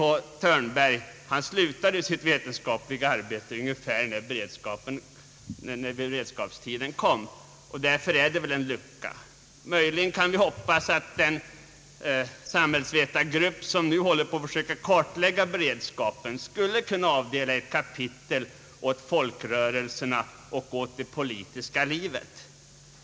H. Thörnberg, sitt mer ingående vetenskapliga arbete ungefär när beredskapstiden kom, och det har väl därför uppstått en lucka. Möjligen kan vi hoppas att den samhällsvetargrupp, som nu håller på med att söka kartlägga beredskapen, skulle kunna avdela ett kapitel åt folkrörelserna och åt det politiska livet.